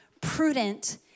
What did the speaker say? prudent